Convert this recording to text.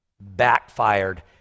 backfired